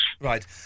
Right